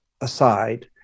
aside